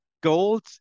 gold